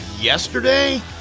yesterday